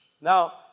Now